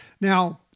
Now